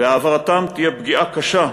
העברתם תהיה פגיעה קשה,